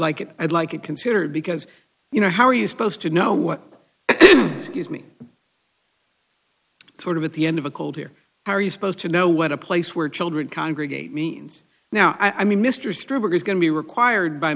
it i'd like it considered because you know how are you supposed to know what gives me sort of at the end of a cold here are you supposed to know what a place where children congregate means now i mean mr strober is going to be required by